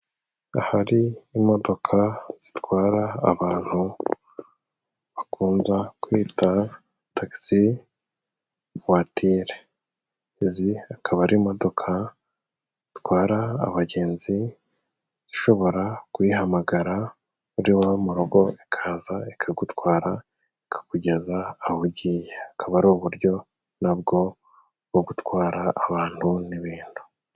Ahari imodoka zitwara abantu bakunza kwita tagisi vuwatire, izi akaba ari imodoka zitwara abagenzi ishobora kuyihamagara uri iwawe mu rugo ikaza ikagutwara, ikakugeza aho ugiye, akaba ari uburyo nabwo bwo gutwara abantu n'ibintu.